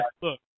Look